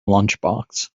lunchbox